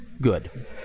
good